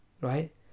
right